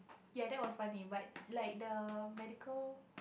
ya that was funny but like the medical